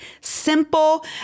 simple